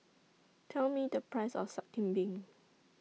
Tell Me The Price of Sup Kambing